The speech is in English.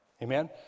Amen